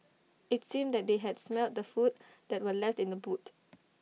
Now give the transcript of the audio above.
IT seemed that they had smelt the food that were left in the boot